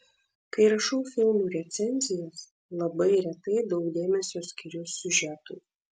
kai rašau filmų recenzijas labai retai daug dėmesio skiriu siužetui